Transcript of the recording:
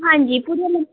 हां जी